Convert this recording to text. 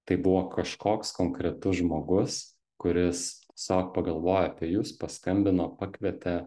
tai buvo kažkoks konkretus žmogus kuris tiesiog pagalvojo apie jus paskambino pakvietė